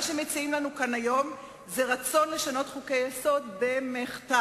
מה שמציעים לנו כאן היום זה רצון לשנות חוקי-יסוד במחטף,